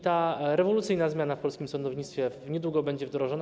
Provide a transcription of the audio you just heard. Ta rewolucyjna zmiana w polskim sądownictwie niedługo będzie wdrożona.